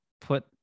put